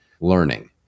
learning